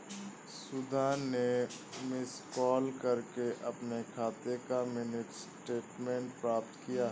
सुधा ने miss call करके अपने खाते का मिनी स्टेटमेंट प्राप्त किया